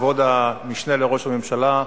כבוד המשנה לראש הממשלה,